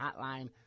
hotline